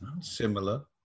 Similar